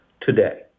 today